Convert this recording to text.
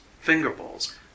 finger-bowls